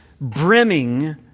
brimming